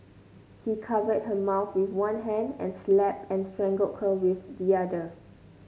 he covered her mouth with one hand and slapped and strangled her with the other